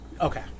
Okay